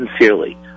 sincerely